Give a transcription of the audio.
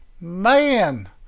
Man